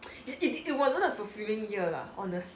it it wasn't a fulfilling year lah honestly